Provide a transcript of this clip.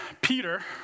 Peter